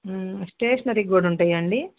stationery కూడా ఉంటాయా అండి